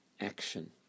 action